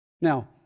Now